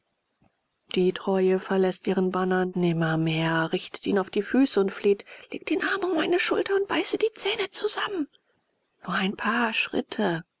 die treue verläßt ihren bana nimmermehr richtet ihn auf die füße und fleht leg den arm um meine schulter und beiße die zähne zusammen nur ein paar schritte